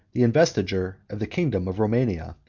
the investiture of the kingdom of romania,